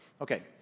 Okay